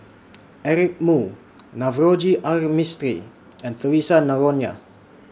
Eric Moo Navroji R Mistri and Theresa Noronha